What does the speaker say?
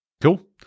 Cool